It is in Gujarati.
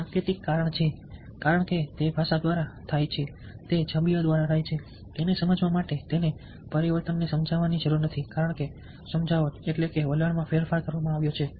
સાંકેતિક છે કારણ કે તે ભાષા દ્વારા થાય છે તે છબીઓ દ્વારા થાય છે તે સમજાવવા માટે તેને પરિવર્તનને સમજાવવાની જરૂર નથી કારણ કે સમજાવટ એટલે કે વલણમાં ફેરફાર કરવામાં આવ્યો છે